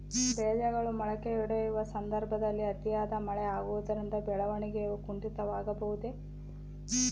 ಬೇಜಗಳು ಮೊಳಕೆಯೊಡೆಯುವ ಸಂದರ್ಭದಲ್ಲಿ ಅತಿಯಾದ ಮಳೆ ಆಗುವುದರಿಂದ ಬೆಳವಣಿಗೆಯು ಕುಂಠಿತವಾಗುವುದೆ?